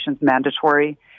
mandatory